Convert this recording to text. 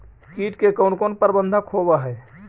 किट के कोन कोन प्रबंधक होब हइ?